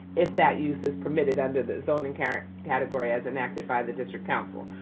if that use is permitted under the zoning current category as enacted by the district council.